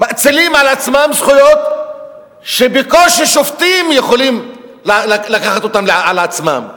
מאצילים לעצמם זכויות שבקושי שופטים יכולים לקחת אותן לעצמם.